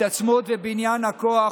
התעצמות ובניין הכוח,